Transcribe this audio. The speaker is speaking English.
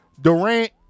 Durant